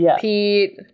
Pete